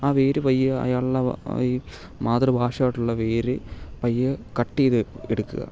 ആ വേര് പതിയെ അയാളുടെ ഈ മാതൃഭാഷ ആയിട്ടുള്ള വേര് പതിയെ കട്ട് ചെയ്ത് എടുക്കുക